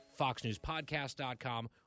Foxnewspodcast.com